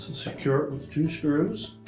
secure it with two screws.